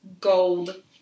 gold